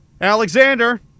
Alexander